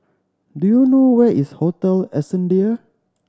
do you know where is Hotel Ascendere